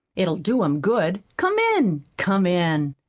it'll do him good. come in, come in!